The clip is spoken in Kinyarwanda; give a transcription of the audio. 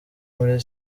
muri